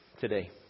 today